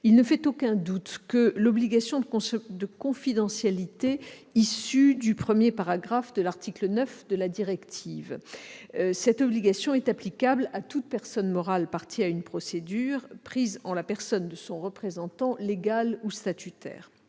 Il ne fait aucun doute que l'obligation de confidentialité issue du premier paragraphe de l'article 9 de la directive est applicable à toute personne morale partie à une procédure prise en la personne de son représentant légal ou statutaire.